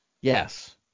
Yes